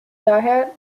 daher